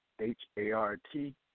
h-a-r-t